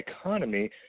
economy